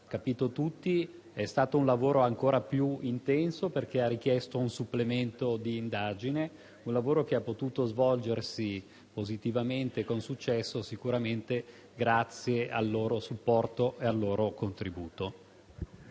capito tutti - è stato un lavoro ancora più intenso perché ha richiesto un supplemento di indagine. Il lavoro ha potuto svolgersi positivamente e con successo sicuramente grazie al loro supporto e contributo.